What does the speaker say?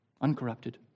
uncorrupted